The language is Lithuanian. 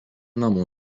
namų